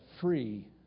free